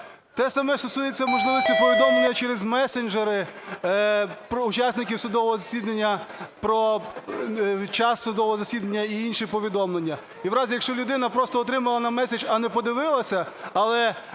Те саме стосується можливості повідомлення через месенджери про учасників судового засідання, про час судового засідання й інші повідомлення. І в разі, якщо людина просто отримала меседж, а не подивилася, але